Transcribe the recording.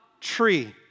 tree